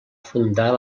fundar